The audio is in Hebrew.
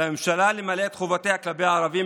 על הממשלה למלא את חובותיה כלפי הערבים